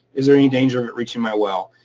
is there any danger of it reaching my well?